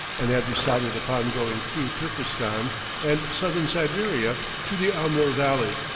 and have decided upon going through turkestan and southern siberia to the amoor valley,